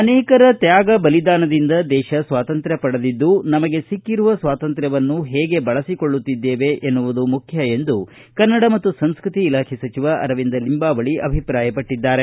ಅನೇಕರ ತ್ಯಾಗ ಬಲಿದಾನದಿಂದ ದೇಶ ಸ್ವಾತಂತ್ರ್ಯ ಪಡೆದಿದ್ದು ನಮಗೆ ಸಿಕ್ಕಿರುವ ಸ್ವಾತಂತ್ರ್ಯವನ್ನು ಹೇಗೆ ಬಳಸಿಕೊಳ್ಳುತ್ತಿದ್ದೇವೆ ಎನ್ನುವುದು ಮುಖ್ಯ ಎಂದು ಕನ್ನಡ ಮತ್ತು ಸಂಸ್ಕೃತಿ ಸಚಿವ ಅರವಿಂದ ಲಿಂಬಾವಳಿ ಅಭಿಪ್ರಾಯಪಟ್ಲಿದ್ದಾರೆ